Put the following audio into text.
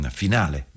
finale